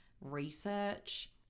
research